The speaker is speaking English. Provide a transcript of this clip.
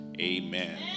Amen